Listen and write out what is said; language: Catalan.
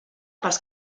pels